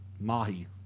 mahi